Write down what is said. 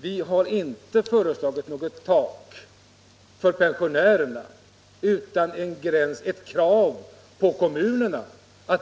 Vi har inte föreslagit något tak för pensionärerna utan vi har krävt att kommunerna skall